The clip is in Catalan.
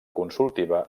consultiva